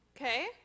Okay